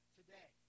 today